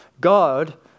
God